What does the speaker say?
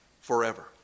forever